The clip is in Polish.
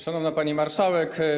Szanowna Pani Marszałek!